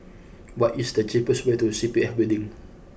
what is the cheapest way to C P F Building